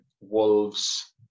Wolves